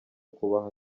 kubaha